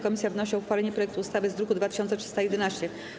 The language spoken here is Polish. Komisja wnosi o uchwalenie projektu ustawy z druku nr 2311.